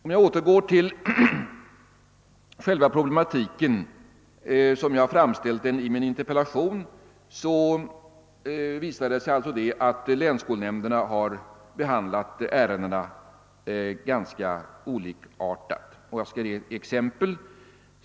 Om jag återgår till själva problematiken, sådan jag har framställt den i min interpellation, visar det sig alltså, att länsskolnämnderna har behandlat dessa ärenden ganska olikartat. Jag skall ge några exempel.